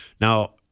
Now